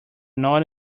not